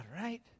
right